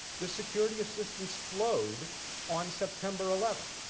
the security assistance flowed on september eleventh,